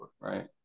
right